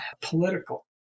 political